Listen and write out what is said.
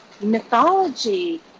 mythology